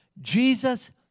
Jesus